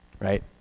right